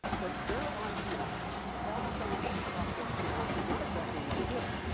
but their idea of how the scientific process should work is not exactly like this,